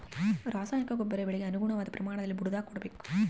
ರಾಸಾಯನಿಕ ಗೊಬ್ಬರ ಬೆಳೆಗೆ ಅನುಗುಣವಾದ ಪ್ರಮಾಣದಲ್ಲಿ ಬುಡದಾಗ ಕೊಡಬೇಕು